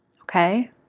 okay